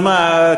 אז מה,